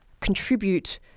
contribute